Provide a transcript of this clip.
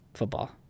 football